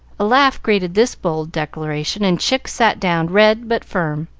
laugh greeted this bold declaration, and chick sat down, red but firm.